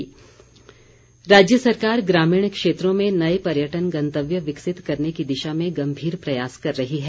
किशन कप्र राज्य सरकार ग्रामीण क्षेत्रों में नए पर्यटन गंतव्य विकसित करने की दिशा में गम्भीर प्रयास कर रही है